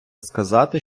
сказати